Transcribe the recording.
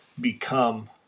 become